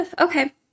Okay